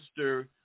Mr